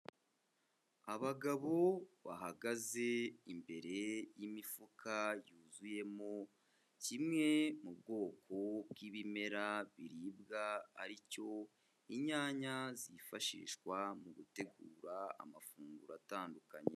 Abagabo bahagaze imbere y'imifuka yuzuyemo, kimwe mu bwoko bw'ibimera biribwa ari cyo, inyanya zifashishwa mu gutegura amafunguro atandukanye.